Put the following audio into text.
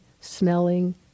smelling